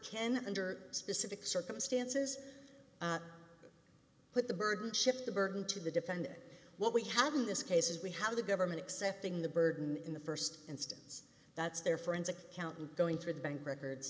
can under specific circumstances put the burden ship the burden to the defend it what we have in this case is we have the government accepting the burden in the first instance that's their forensic accountant going through the bank records